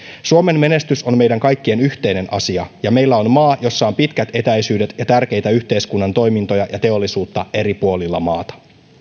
suomen menestys on meidän kaikkien yhteinen asia ja meillä on maa jossa on pitkät etäisyydet ja tärkeitä yhteiskunnan toimintoja ja teollisuutta eri puolilla maata